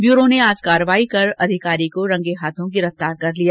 bureau ने आज कार्यवाही कर अधिकारी को रंगे हाथ गिरफ्तार कर लिया